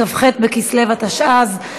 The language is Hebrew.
כ"ח בכסלו התשע"ז,